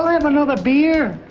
have another beer.